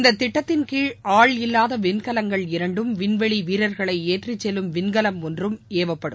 இந்த திட்டத்தின் கீழ் ஆள் இல்லாத விண்கலங்கள் இரண்டும் விண்வெளி வீரர்களை ஏற்றிக் செல்லும் விண்கலம் ஒன்றும் ஏவப்படும்